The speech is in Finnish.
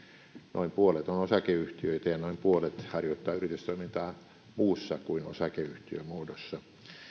noin puolet on osakeyhtiöitä ja noin puolet harjoittaa yritystoimintaa muussa kuin osakeyhtiömuodossa